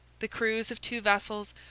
the crews of two vessels,